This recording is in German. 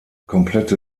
komplette